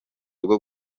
bwo